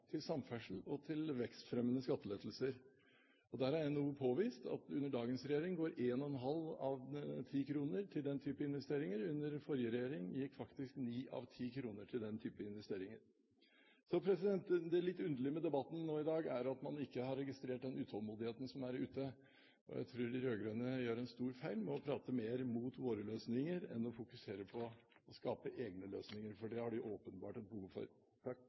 til samferdsel og til vekstfremmende skattelettelser. Der har NHO påvist at under dagens regjering går 1,5 av 10 kr til den type investeringer, og under den forrige regjeringen gikk faktisk 9 av 10 kr til den type investeringer. Det litt underlige med debatten i dag er at man ikke har registrert den utålmodigheten som er ute. Jeg tror de rød-grønne gjør en stor feil når de prater mer mot våre løsninger enn å fokusere på å skape egne løsninger – for det har de åpenbart et behov for.